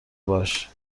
باش